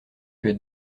que